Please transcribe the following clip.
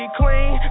clean